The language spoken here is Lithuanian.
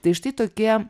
tai štai tokie